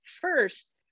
first